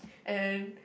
and and